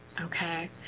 Okay